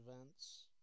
events